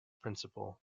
principle